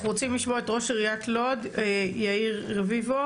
אנחנו רוצים לשמוע את ראש עיריית לוד יאיר רביבו,